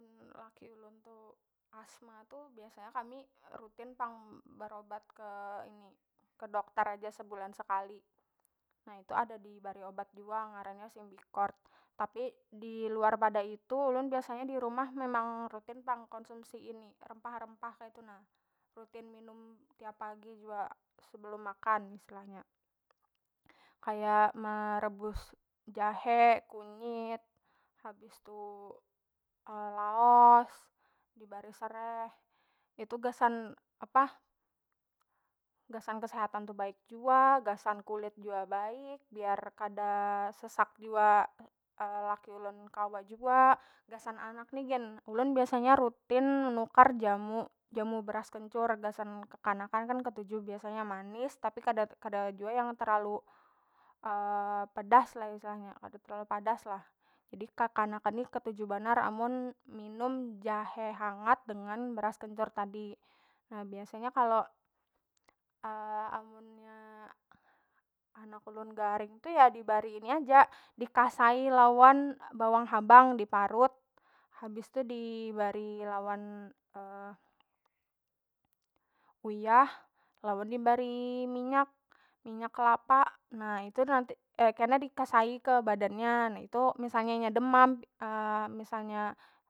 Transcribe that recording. Mun laki ulun tu asma tu biasanya kami rutin pang berobat ke ini ke dokter aja sebulan sekali. Na itu ada dibari obat jua ngarannya simbikort, tapi diluar pada itu ulun biasanya dirumah memang rutin pang konsumi ini rempah- rempah keitu na, rutin minum tiap pagi jua sebelum makan istilahnya. Kaya merebus jahe kunyit habis tu laos dibari sereh itu gasan apah gasan kesehatan tu baik jua gasan kulit jua baik biar kada sesak jua laki ulun kawa jua gasan anak ni gin ulun biasanya rutin menukar jamu- jamu beras kencur gasan kekanakan kan ketuju biasanya manis tapi kada kada jua yang terlalu pedas lah istilahnya kada terlalu padas lah jadi kekanakan ni ketuju banar amun minum jahe hangat dengan beras kencur tadi, nah biasanya kalo amun nya anak ulun garing dibari ini aja dikasai'i lawan bawang habang diparut habis tu dibari lawan uyah lawan dibari minyak- minyak kelapa na itu nanti kena dikasai'i ke badannya na itu misalnya inya demam misalnya.